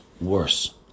worse